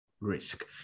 risk